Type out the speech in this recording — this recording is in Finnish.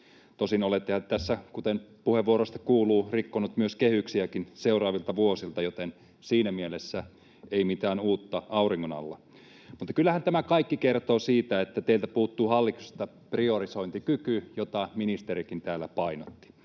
Tosin olettehan te tässä, kuten puheenvuoroista kuuluu, rikkonut kehyksiäkin seuraavilta vuosilta, joten siinä mielessä ei mitään uutta auringon alla. Mutta kyllähän tämä kaikki kertoo siitä, että teiltä puuttuu hallituksesta priorisointikyky, jota ministerikin täällä painotti.